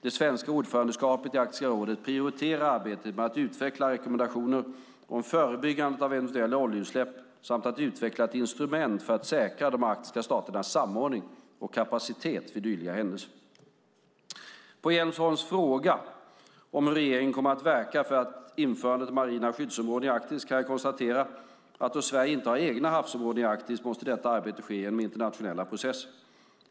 Det svenska ordförandeskapet i Arktiska rådet prioriterar arbetet med att utveckla rekommendationer om förebyggandet av eventuella oljeutsläpp samt med att utveckla ett instrument för att säkra de arktiska staternas samordning och kapacitet vid dylika händelser. På Jens Holms fråga om hur regeringen kommer att verka för ett införande av marina skyddade områden i Arktis kan jag konstatera att då Sverige inte har egna havsområden i Arktis måste detta arbete ske genom internationella processer.